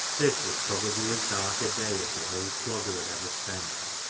this was probably as dark a day as the old clogger had ever spent,